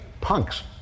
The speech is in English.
punks